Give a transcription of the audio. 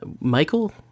Michael